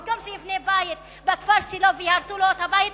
במקום שיבנה בית בכפר שלו ויהרסו לו את הבית,